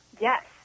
Yes